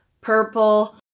purple